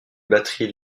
batteries